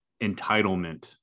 entitlement